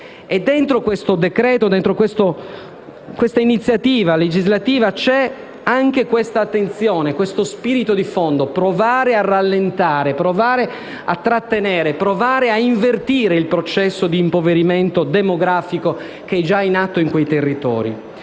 all'interno di questa iniziativa legislativa c'è anche questa attenzione, questo spirito di fondo: provare a rallentare, a trattenere, a invertire il processo di impoverimento demografico, che è già in atto in quei territori.